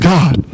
God